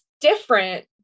different